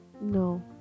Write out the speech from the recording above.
No